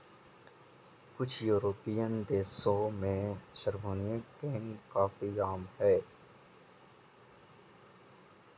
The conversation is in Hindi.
कुछ युरोपियन देशों में सार्वभौमिक बैंक काफी आम हैं